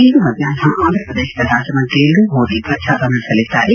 ಇಂದು ಮಧ್ಯಾಷ್ನ ಆಂಧ್ರಪ್ರದೇಶದ ರಾಜಮಂಡ್ರಿಯಲ್ಲೂ ಮೋದಿ ಪ್ರಚಾರ ನಡೆಸಲಿದ್ದಾರೆ